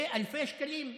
ואלפי שקלים,